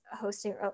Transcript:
hosting